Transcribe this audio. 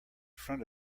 front